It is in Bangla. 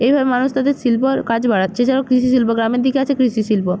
এইভাবে মানুষ তাদের শিল্পর কাজ বাড়াচ্ছে এছাড়াও কৃষি শিল্প গ্রামের দিকে আছে কৃষি শিল্প